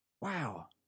Wow